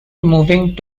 moving